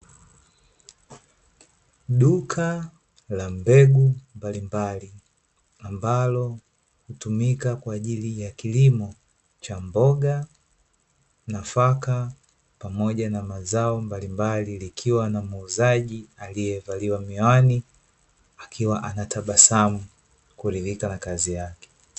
Duka la mbegu mbalimbali, ambalo hutumika kwa ajili ya kilimo cha mboga, nafaka, pamoja na mazao mbalimbali, likiwa na muuzaji aliyevalia miwani, akiwa anatabasamu kuridhika na kazi yake.